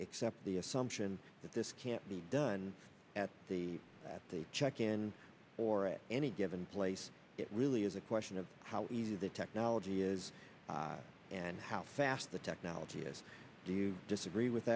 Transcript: accept the assumption that this can't be done at the at the check in or at any given place it really is a question of how easy the technology is and how fast the technology is do you disagree with